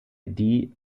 die